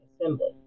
assembly